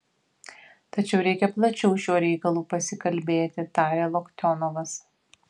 tačiau reikia plačiau šiuo reikalu pasikalbėti tarė loktionovas